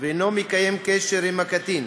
ואינו מקיים קשר עם הקטין,